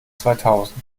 zweitausend